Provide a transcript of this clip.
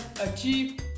achieve